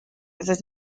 that